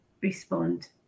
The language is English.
respond